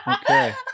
Okay